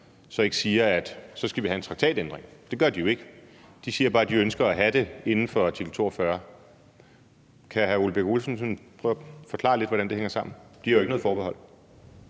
så ikke siger, at så skal vi have en traktatændring? Det gør de jo ikke. De siger bare, at de ønsker at have det inden for artikel 42. Kan hr. Ole Birk Olesen sådan prøve at forklare lidt, hvordan det hænger sammen – de har jo ikke noget forbehold?